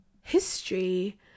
history